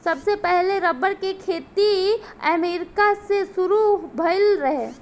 सबसे पहिले रबड़ के खेती अमेरिका से शुरू भईल रहे